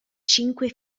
cinque